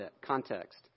context